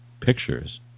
pictures